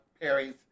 Perry's